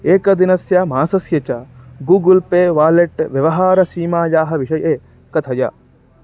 एकदिनस्य मासस्य च गूगुल् पे वालेट् व्यवहारसीमायाः विषये कथय